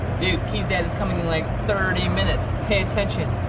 dude, ki's dad is coming in, like, thirty minutes. pay attention.